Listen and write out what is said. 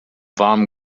warmen